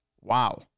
Wow